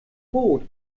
brot